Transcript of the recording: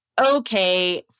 okay